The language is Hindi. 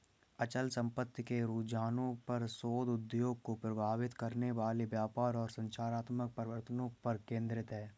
अचल संपत्ति के रुझानों पर शोध उद्योग को प्रभावित करने वाले व्यापार और संरचनात्मक परिवर्तनों पर केंद्रित है